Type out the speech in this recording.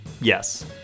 Yes